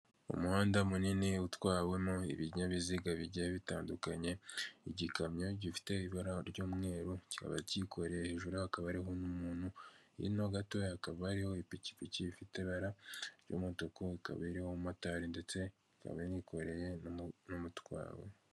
Umuhanada munini utwawemo ibinyabiziga bigiye bitandukanye, igikamyo gifite ibara ry'umweru kikaba kikoreye hejuru yaho hakaba hariho n'umuntu, hino gatoya hakaba hariho ipikipiki ifite ibara ry'umutuku, ikaba iriho n'umumotari ndetse ikaba inikoreye umutwaro.